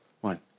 One